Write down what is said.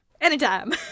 Anytime